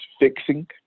fixing